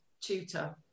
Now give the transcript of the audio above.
tutor